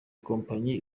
kompanyi